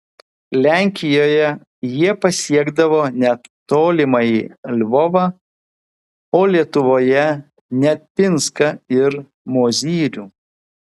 lenkijoje jie pasiekdavo net tolimąjį lvovą o lietuvoje net pinską ir mozyrių